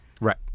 Right